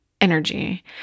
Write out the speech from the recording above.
energy